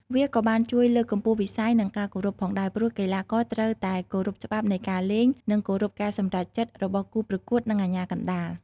វាក៏បានជួយ លើកកម្ពស់វិន័យ និងការគោរព ផងដែរ ព្រោះកីឡាករត្រូវតែគោរពច្បាប់នៃការលេង និងគោរពការសម្រេចចិត្តរបស់គូប្រកួតនិងអាជ្ញាកណ្តាល។